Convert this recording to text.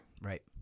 right